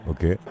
Okay